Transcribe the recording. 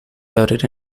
voted